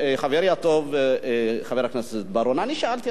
חברי הטוב, חבר הכנסת בר-און, שאלתי את עצמי,